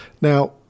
Now